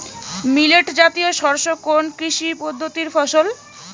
Millet জাতীয় শস্য কোন কৃষি পদ্ধতির ফসল?